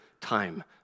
time